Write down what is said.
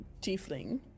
tiefling